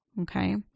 Okay